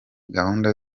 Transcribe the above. gahunda